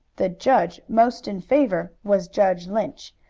the judge most in favor was judge lynch,